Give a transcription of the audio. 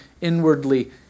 inwardly